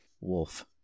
wolf